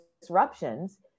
disruptions